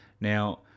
Now